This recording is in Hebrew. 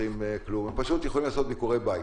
הם פשוט יכולים לעשות ביקורי בית.